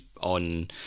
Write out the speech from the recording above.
on